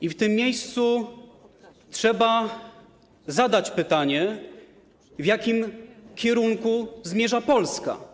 I w tym miejscu trzeba zadać pytanie: W jakim kierunku zmierza Polska?